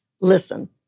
Listen